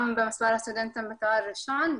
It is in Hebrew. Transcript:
גם במספר הסטודנטים בתואר הראשון,